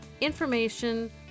information